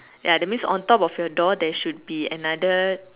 ya that means on top of your door there should be another